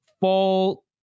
fall